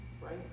right